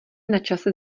načase